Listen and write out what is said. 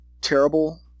terrible –